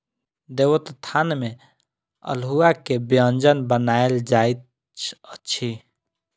देवोत्थान में अल्हुआ के व्यंजन बनायल जाइत अछि